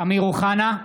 אמיר אוחנה,